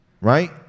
Right